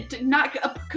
not-